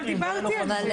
אבל דיברתי על זה.